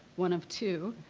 one of two,